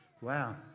Wow